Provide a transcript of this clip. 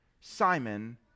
Simon